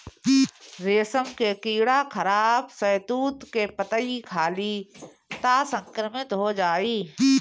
रेशम के कीड़ा खराब शहतूत के पतइ खाली त संक्रमित हो जाई